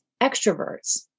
extroverts